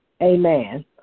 Amen